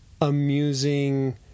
amusing